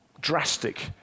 drastic